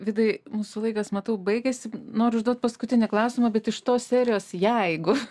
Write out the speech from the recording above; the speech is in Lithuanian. vidai mūsų laikas matau baigiasi noriu užduoti paskutinį klausimą bet iš tos serijos jeigu